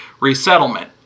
resettlement